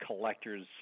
collectors